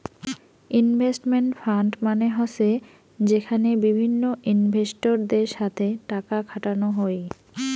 investment fund মানে হসে যেখানে বিভিন্ন ইনভেস্টরদের সাথে টাকা খাটানো হই